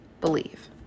believe